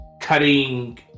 cutting